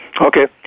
Okay